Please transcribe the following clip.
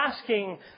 asking